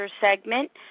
segment